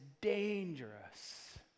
dangerous